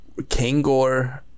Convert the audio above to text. Kangor